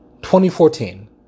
2014